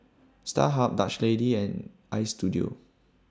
Starhub Dutch Lady and Istudio